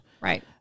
Right